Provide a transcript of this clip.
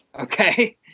Okay